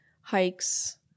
hikes